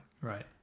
Right